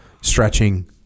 stretching